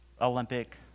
Olympic